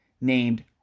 Named